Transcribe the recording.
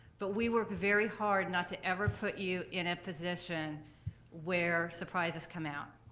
but we work very hard not to ever put you in a position where surprises come out.